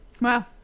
Wow